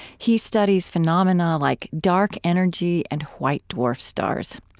he studies phenomena like dark energy and white dwarf stars.